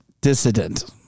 Dissident